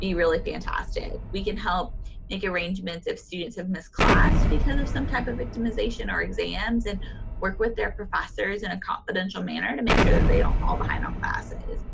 be really fantastic. we can help make arrangements if students have missed class because of some type of victimization, or exams, and work with their professors in a confidential manner to make sure that they don't fall behind on classes.